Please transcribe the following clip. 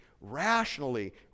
rationally